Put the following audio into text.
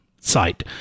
site